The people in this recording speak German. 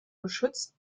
geschützt